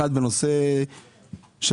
אחת, בנושא התעסוקה.